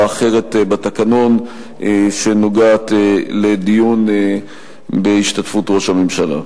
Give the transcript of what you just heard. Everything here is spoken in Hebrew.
אחרת בתקנון שנוגעת לדיון בהשתתפות ראש הממשלה.